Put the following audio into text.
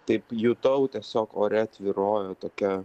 taip jutau tiesiog ore tvyrojo tokia